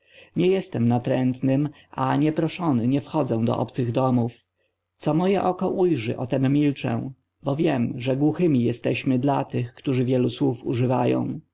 nie jestem natrętnym a nieproszony nie wchodzę do obcych domów co moje oko ujrzy o tem milczę bo wiem że głuchymi jesteśmy dla tych którzy wielu słów używają